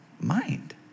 mind